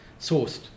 sourced